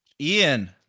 ian